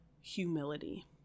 humility